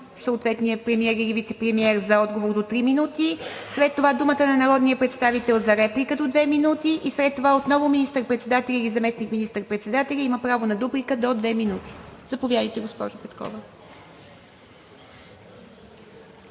съответния премиер или вицепремиер за отговор от три минути, след това думата на народния представител за реплика до две минути и след това отново министър-председателят или заместник министър-председателят има право на дуплика до две минути. Заповядайте, госпожо Петкова.